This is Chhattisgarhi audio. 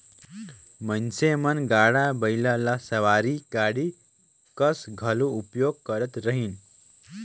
मइनसे मन गाड़ा बइला ल सवारी गाड़ी कस घलो उपयोग करत रहिन